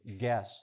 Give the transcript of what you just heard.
guess